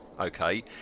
okay